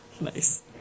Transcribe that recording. Nice